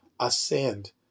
Ascend